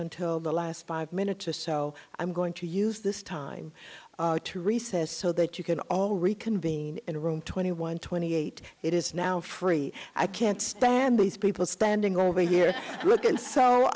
until the last five minutes or so i'm going to use this time to recess so that you can all reconvene in a room twenty one twenty eight it is now free i can't stand these people spending over here looking so